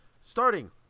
starting